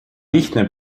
lihtne